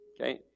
Okay